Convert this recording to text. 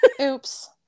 Oops